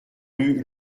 rue